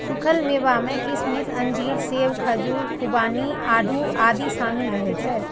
सूखल मेवा मे किशमिश, अंजीर, सेब, खजूर, खुबानी, आड़ू आदि शामिल रहै छै